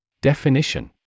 Definition